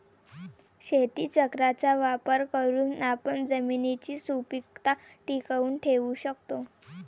शेतीचक्राचा वापर करून आपण जमिनीची सुपीकता टिकवून ठेवू शकतो